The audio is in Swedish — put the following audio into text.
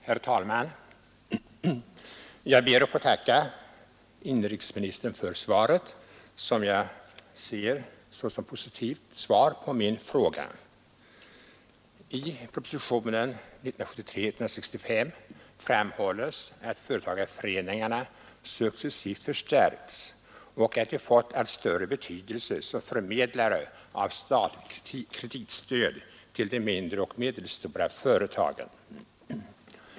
Herr talman! Jag ber att få tacka inrikesministern för svaret på min fråga, som jag ser såsom positivt. I propositionen 165 i år framhålles att företagarföreningarna successivt förstärkts och att de fått allt större betydelse som förmedlare av statligt kreditstöd till de mindre och medelstora företagen.